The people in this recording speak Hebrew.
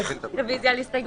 הרוויזיה לא התקבלה.